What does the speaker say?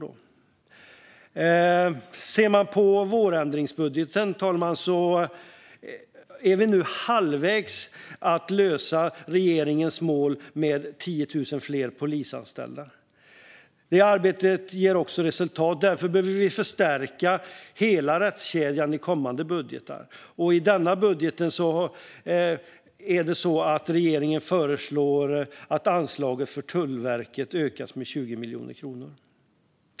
När det gäller vårändringsbudgeten, fru talman, är vi nu halvvägs till regeringens mål om 10 000 fler polisanställda. Detta arbete ger resultat, och därför behöver vi förstärka hela rättskedjan i kommande budgetar. I denna budget föreslår regeringen att anslaget till Tullverket ökas med 20 miljoner kronor.